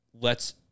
lets